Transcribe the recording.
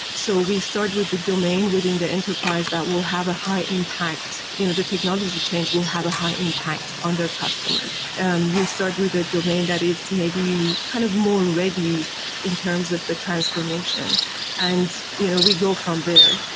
so we start with the domain within the enterprise that will have a high impact you know the technology change will have a high impact on their customers. um you start with a domain that it may be be kind of more ready in terms of the transformation and you know we go from there.